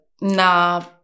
nah